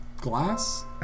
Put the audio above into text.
glass